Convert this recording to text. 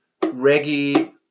reggae